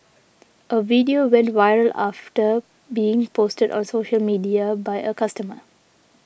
a video went viral after being posted on social media by a customer